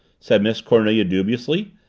said miss cornelia dubiously.